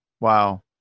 Wow